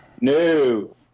No